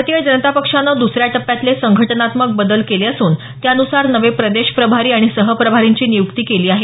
भारतीय जनता पक्षानं दुसऱ्या टप्प्यातले संघटनात्मक बदल केले असून त्यानुसार नवे प्रदेश प्रभारी आणि सहप्रभारींची नियुक्ती केली आहे